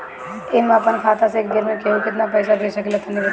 हम आपन खाता से एक बेर मे केंहू के केतना पईसा भेज सकिला तनि बताईं?